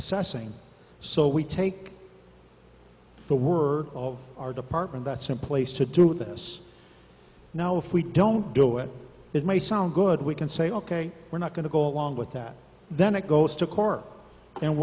assessing so we take the word of our department that's in place to do this now if we don't do it it may sound good we can say ok we're not going to go along with that then it goes to court and